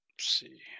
see